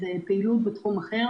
האפיק של פעילות בתחום אחר